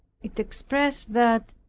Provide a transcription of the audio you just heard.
it expressed that,